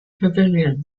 pavilion